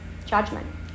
Judgment